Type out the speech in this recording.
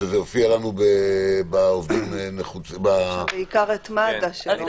יש שם בעיקר את מד"א.